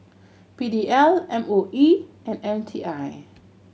P D L M O E and M T I